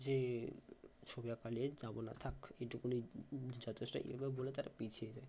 যে ছবি আঁকা নিয়ে যাব না থাক এটুকু যথেষ্ট এইভাবে বলে তারা পিছিয়ে যায়